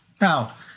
Now